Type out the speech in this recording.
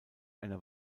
einer